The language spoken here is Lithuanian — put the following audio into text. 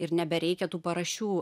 yra ir nebereikia tų paraščių